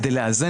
כדי לאזן,